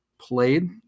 played